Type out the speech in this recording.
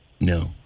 no